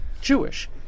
Jewish